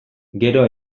gero